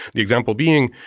the example being,